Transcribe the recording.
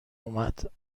اومد